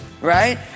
Right